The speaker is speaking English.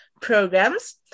Programs